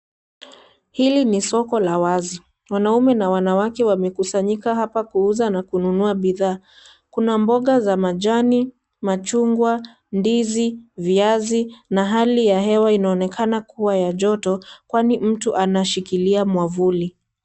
Hili ni soko la wazi. Wanaume na wanawake wamekusanyika hapa kuuza na kununua bidhaa. Kuna mboga za majani, machungwa, ndizi, viazi na hali ya hewa inaonekana kuwa ya joto, kwani mtu anashikilia mwavuli.